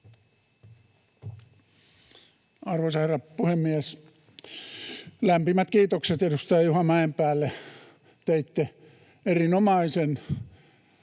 Arvoisa herra puhemies! Lämpimät kiitokset edustaja Juha Mäenpäälle, teitte erinomaisen